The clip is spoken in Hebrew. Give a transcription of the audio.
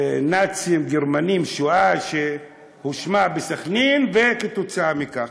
נאצים-גרמנים-שואה, שהושמע בסח'נין, כתוצאה מכך.